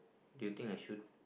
do you think I should